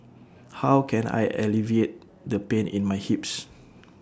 how can I alleviate the pain in my hips